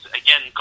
again